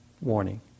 warning